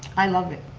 i love it.